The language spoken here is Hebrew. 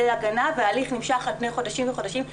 הגנה וההליך נמשך על פני חודשים וחודשים.